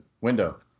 Window